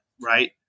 right